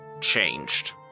changed